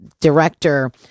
director